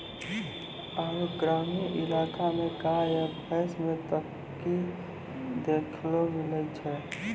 आरु ग्रामीण इलाका मे गाय या भैंस मे तरक्की देखैलै मिलै छै